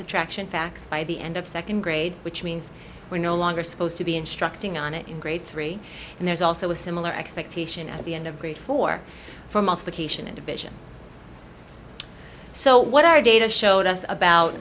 subtraction facts by the end of second grade which means we're no longer supposed to be instructing on it in grade three and there's also a similar expectation at the end of great four for multiplication and division so what our data showed us about